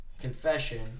confession